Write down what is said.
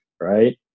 right